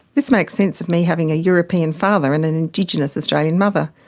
this makes sense of me having a european father and an indigenous australian mother,